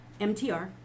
MTR